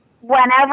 whenever